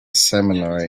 seminary